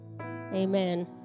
Amen